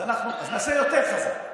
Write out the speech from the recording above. אז נעשה יותר חזק.